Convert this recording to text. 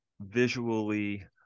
visually